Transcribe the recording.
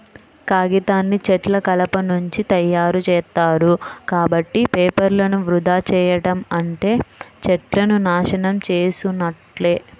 కాగితాన్ని చెట్ల కలపనుంచి తయ్యారుజేత్తారు, కాబట్టి పేపర్లను వృధా చెయ్యడం అంటే చెట్లను నాశనం చేసున్నట్లే